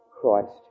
Christ